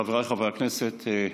חבריי חברי הכנסת,